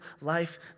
life